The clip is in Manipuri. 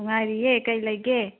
ꯅꯨꯡꯉꯥꯏꯔꯤꯌꯦ ꯀꯔꯤ ꯂꯩꯒꯦ